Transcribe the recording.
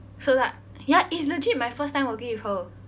so like ya it's legit my first time working with her